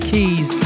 Keys